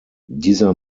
dieser